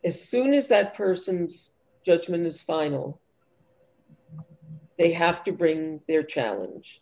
if soon if that person's judgment is final they have to bring their challenge